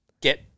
get